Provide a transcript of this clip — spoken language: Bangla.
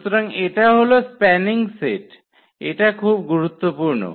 সুতরাং এটা হল স্প্যানিং সেট এটা খুব গুরুত্বপূর্ণ